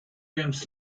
games